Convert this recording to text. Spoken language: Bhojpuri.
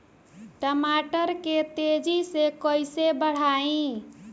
टमाटर के तेजी से कइसे बढ़ाई?